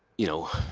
you know,